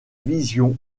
vision